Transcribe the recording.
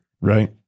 Right